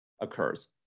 occurs